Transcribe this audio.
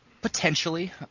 Potentially